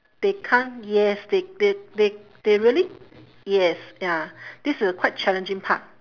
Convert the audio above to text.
they can't yes they they they they really yes ya this a quite challenging part